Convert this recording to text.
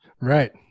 right